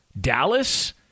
Dallas